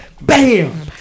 bam